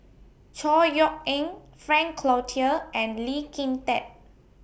Chor Yeok Eng Frank Cloutier and Lee Kin Tat